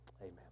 amen